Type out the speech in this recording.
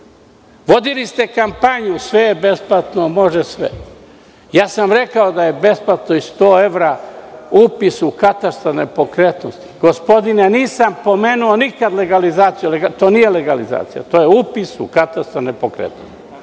Vodili ste kampanju „sve je besplatno“, „može sve“. Rekao sam da je besplatno i 100 evra, upis u katastar nepokretnosti. Gospodine, nisam pomenuo nikada legalizaciju. To nije legalizacija. To je upis u katastar nepokretnosti.